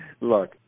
Look